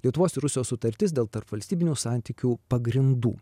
lietuvos ir rusijos sutartis dėl tarpvalstybinių santykių pagrindų